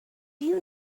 you